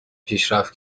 پیشرفت